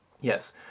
Yes